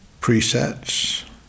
presets